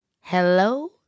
Hello